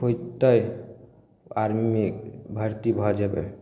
होतेय आर्मीमे भर्ती भऽ जेबय